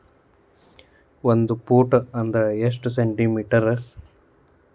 ಒಂದು ಫೂಟ್ ಅಂದ್ರ ಎಷ್ಟು ಸೆಂಟಿ ಮೇಟರ್?